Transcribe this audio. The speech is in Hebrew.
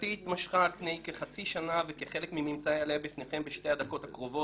על פני כחצי שנה וכחלק ממצאיי אעלה בפניכם בשתי הדקות הקרובות.